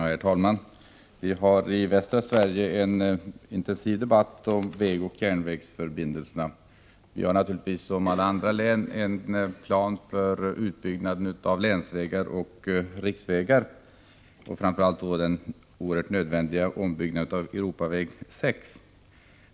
Herr talman! I länen inom västra Sverige har vi en intensiv debatt om vägoch järnvägsförbindelserna. Naturligtvis har vi, liksom andra län, en plan för utbyggnad av länsvägar och riksvägar, och framför allt gäller det då den i högsta grad nödvändiga ombyggnaden av Europaväg 6.